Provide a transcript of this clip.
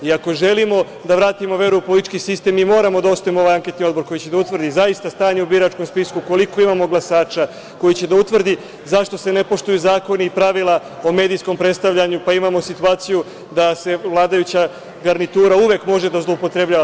Ako želimo da vratimo veru u politički sistem mi moramo da osnujemo ovaj anketni odbor koji će da utvrdi zaista stanje u biračkom spisku, koliko imamo glasača, koji će da utvrdi zašto se ne poštuju zakoni i pravila o medijskom predstavljanju, pa imamo situaciju da se vladajuća garnitura uvek može da zloupotrebljava.